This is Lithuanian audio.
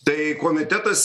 tai komitetas ir buvo